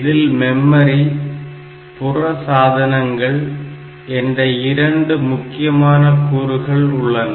இதில் மெமரி புற சாதனங்கள் என்ற 2 முக்கியமான கூறுகள் உள்ளன